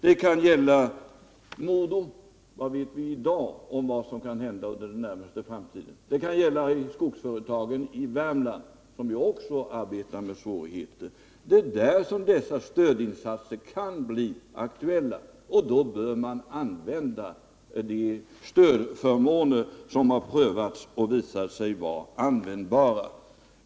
Det kan också gälla för t.ex. Mo och Domsjö — vad vet vi i dag om vad som kan hända inom den närmaste framtiden? Det kan vidare gälla i skogsföretagen i Värmland, som också arbetar under svårigheter. Också där kan dessa stödinsatser bli aktuella. Man bör utnyttja de stödförmåner som har prövats och visat sig användbara.